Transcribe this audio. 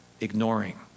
ignoring